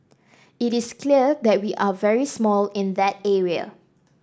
it is clear that we are very small in that area